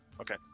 Okay